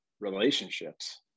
relationships